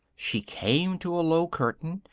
she came to a low curtain,